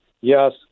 Yes